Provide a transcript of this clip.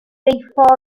geuffordd